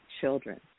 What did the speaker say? children